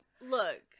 Look